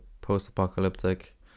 post-apocalyptic